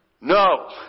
No